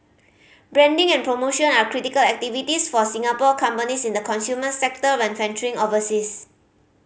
branding and promotion are critical activities for Singapore companies in the consumer sector when venturing overseas